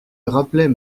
rappelaient